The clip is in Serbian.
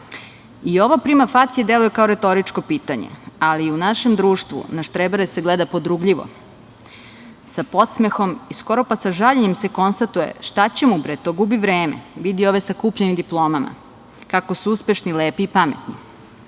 ova „prima facie“ deluje kao retoričko pitanje, ali u našem društvu na štrebere se gleda podrugljivo, sa podsmehom, skoro pa sa žaljenjem se konstatuje - šta će mu bre to, gubi vreme, vidi ove sa kupljenim diplomama kako su uspešni, lepi i pametni.